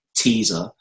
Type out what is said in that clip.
teaser